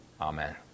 amen